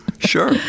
Sure